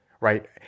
Right